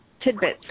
tidbits